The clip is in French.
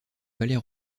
palais